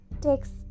Text